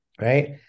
right